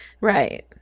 Right